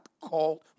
called